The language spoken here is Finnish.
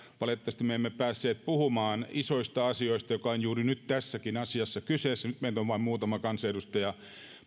valitettavasti me emme päässeet puhumaan isoista asioista jollainen on juuri nyt tässäkin asiassa kyseessä nyt meitä on vain muutama kansanedustaja